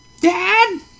Dad